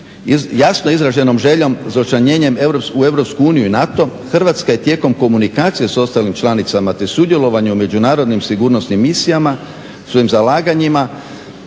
Jasno izraženom željom za učlanjenjem u Europsku uniju i NATO Hrvatska je tijekom komunikacije s ostalim članicama te sudjelovanju u međunarodnim sigurnosnim misijama, svojim zalaganjima